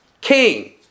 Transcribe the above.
King